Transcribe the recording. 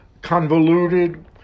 convoluted